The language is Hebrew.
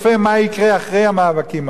מה יקרה אחרי המאבקים האלה,